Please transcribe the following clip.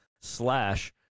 slash